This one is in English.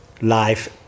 Life